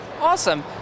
awesome